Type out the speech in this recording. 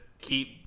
keep